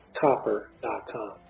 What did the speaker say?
copper.com